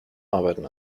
arbeiten